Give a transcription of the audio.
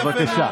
בבקשה.